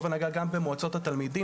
טובה גם נגעה במועצות התלמידים.